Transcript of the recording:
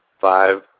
five